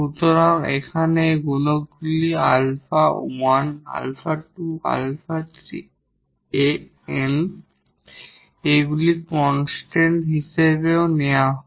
সুতরাং এখানে এই কোইফিসিয়েন্টগুলি 𝑎1 𝑎2 𝑎3 a n এগুলি কনস্ট্যান্ট হিসাবেও নেওয়া হয়